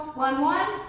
one one.